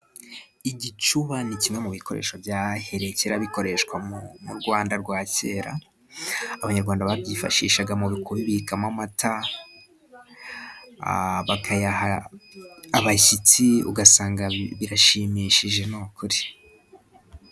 Igicuba ni kimwe mu bikoresho byahereye kera bikoreshwa mu Rwanda rwa kera. Abanyarwanda babyifashishaga mu kubibikamo amata bakayaha abashyitsi, ugasanga birashimishije ni ukuri.